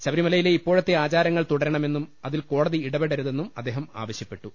ശബ രിമലയിലെ ഇപ്പോഴത്തെ ആചാരങ്ങൾ തുടരണമെന്നും അതിൽ കോടതി ഇടപെടരുതെന്നും അദ്ദേഹം ആവശ്യപ്പെട്ടു